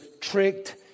tricked